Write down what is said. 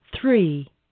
three